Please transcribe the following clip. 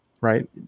right